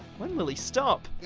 when will he stop?